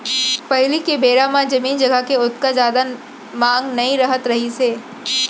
पहिली के बेरा म जमीन जघा के ओतका जादा मांग नइ रहत रहिस हे